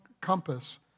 compass